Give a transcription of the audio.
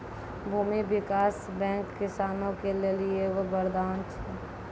भूमी विकास बैंक किसानो के लेली एगो वरदान छै